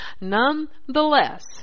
nonetheless